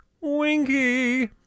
Winky